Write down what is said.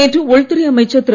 நேற்று உள்துறை அமைச்சர் திரு